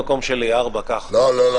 זה הסיפה שמדברת על כך --- אתה בעדו או נגדו?